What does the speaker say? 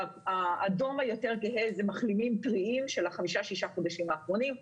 האדום היותר כהה הוא מחלימים טריים של ה-6-5 חודשים האחרונים.